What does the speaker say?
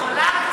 אני יכולה,